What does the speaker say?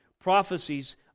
prophecies